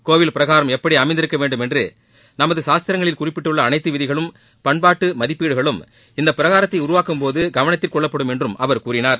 கோவில் பிரகாரம் எப்படி அமைந்திருக்க வேண்டும் என்று நமது சாஸ்திரங்களில் குறிப்பிட்டுள்ள அனைத்து விதிகளும் பண்பாட்டு மதிப்பீடுகளும் இந்த பிரகாரத்தை உருவாக்கும் போது கவனத்தில் கொள்ளப்படும் என்றும் அவர் கூறினார்